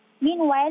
Meanwhile